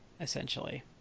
essentially